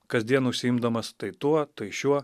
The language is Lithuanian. kasdien užsiimdamas tai tuo tai šiuo